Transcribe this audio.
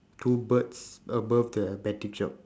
two birds above the betting shop